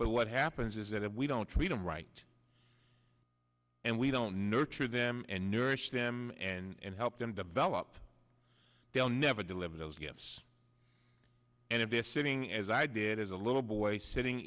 but what happens is that we don't treat them right and we don't know to them and nourish them and help them develop they'll never deliver those gifts and if they're sitting as i did as a little boy sitting